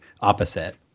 opposite